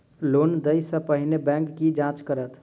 Loan देय सा पहिने बैंक की जाँच करत?